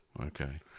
Okay